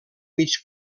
mig